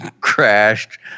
crashed